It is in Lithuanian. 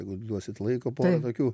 jeigu duosit laiko tokių